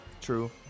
True